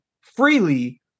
freely